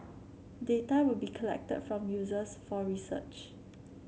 data will be collected from users for research